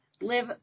live